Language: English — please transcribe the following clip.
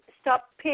stop